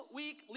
week